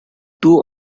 two